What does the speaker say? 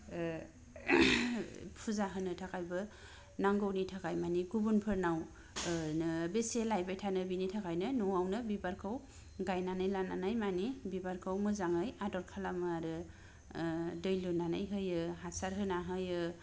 ओ फुजा होनो थाखायबो नांगौनि थाखाय माने गुबुनफोरनाव ओ नो बेसे लायबाय थानो बेनि थाखायनो न'आवनो बिबारफोरखौ गायनानै लानानै माने बिबारखौ मोजाङै आदर खालामो आरो ओ दै लुनानै होयो हासार होना होयो